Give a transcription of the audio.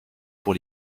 pour